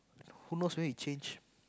who knows where he changed